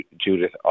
Judith